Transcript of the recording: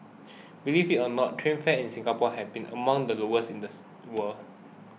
believe it or not train fares in Singapore have been among the lowest in the world